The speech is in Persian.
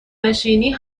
نشینی